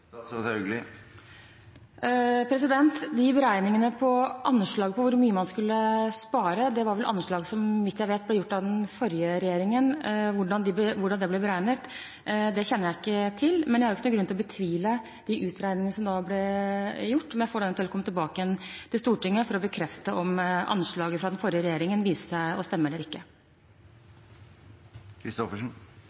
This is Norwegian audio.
De beregningene om hvor mye man skulle spare, ble så vidt jeg vet, gjort av den forrige regjeringen. Hvordan det ble beregnet, kjenner jeg ikke til. Men jeg har ikke grunn til å betvile de utregningene som da ble gjort. Jeg får heller komme tilbake til Stortinget for å bekrefte om anslaget fra den forrige regjeringen viser seg å stemme eller ikke.